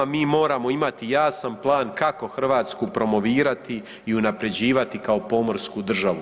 Mi moramo imati jasan plan kako Hrvatsku promovirati i unapređivati kao pomorsku državu.